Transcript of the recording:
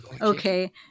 Okay